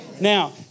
Now